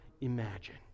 imagine